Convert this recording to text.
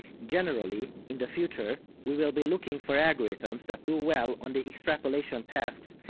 generally, in the future, we will be looking for algorithms that do well on the extrapolation tasks,